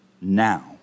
now